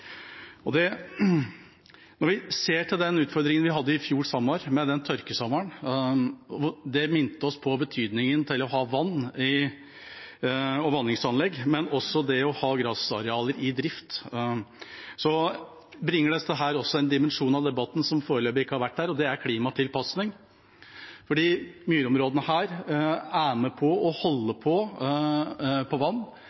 Når vi ser på den utfordringen vi hadde i fjor sommer, med den tørkesommeren, minner det oss på betydningen av å ha vann og vanningsanlegg, men også det å ha grasarealer i drift. Det bringer en dimensjon inn i debatten som foreløpig ikke har vært her, og det er klimatilpasning. Myrområdene er med på å